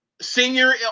senior